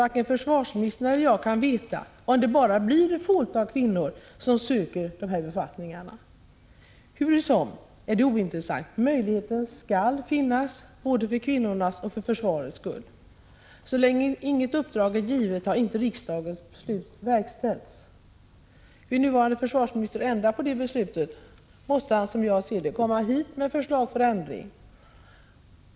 Varken försvarsministern eller jag kan veta om det blir bara ett fåtal kvinnor som söker dessa befattningar. Det är hur som helst ointressant, möjligheten skall finnas, för både kvinnornas och försvarets skull. Så länge inget uppdrag är givet, har inte riksdagens beslut verkställts. Vill den nuvarande försvarsministern ändra på beslutet, måste han komma hit till riksdagen med förslag till ändring.